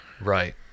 Right